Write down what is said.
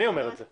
אני אומר את זה.